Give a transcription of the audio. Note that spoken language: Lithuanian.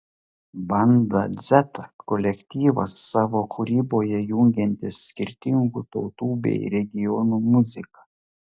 banda dzeta kolektyvas savo kūryboje jungiantis skirtingų tautų bei regionų muziką